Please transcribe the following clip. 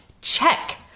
Check